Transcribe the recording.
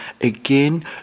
again